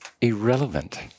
irrelevant